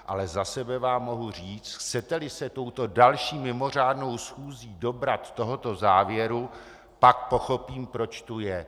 Ale za sebe vám mohu říct, chceteli se touto další mimořádnou schůzí dobrat tohoto závěru, pak pochopím, proč tu je.